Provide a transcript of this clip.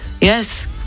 yes